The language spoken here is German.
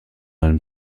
einen